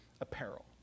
apparel